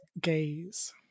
gaze